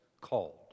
called